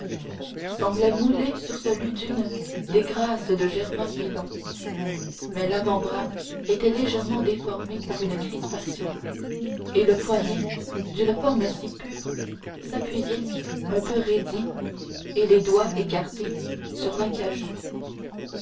semblait moulé sur celui d'une des grâces de germain pilon mais l'avant-bras était légèrement déformé par une crispation et le poignet d'une forme si pure s'appuyait un peu raidi et les doigts écartés sur l'acajou